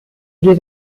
due